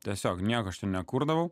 tiesiog nieko aš ten nekurdavau